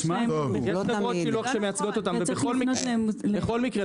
בכל מקרה,